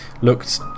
looked